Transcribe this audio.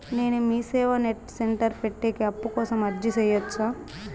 నేను Meeseva net centre పెట్టేకి అప్పు కోసం అర్జీ సేయొచ్చా?